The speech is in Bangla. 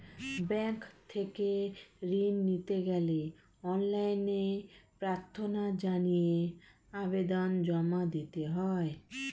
ব্যাংক থেকে ঋণ নিতে গেলে অনলাইনে প্রার্থনা জানিয়ে আবেদন জমা দিতে হয়